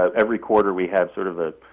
um every quarter we have sort of a,